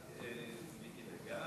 מיקי לוי,